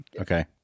okay